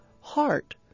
heart